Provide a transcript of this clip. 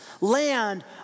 land